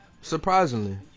Surprisingly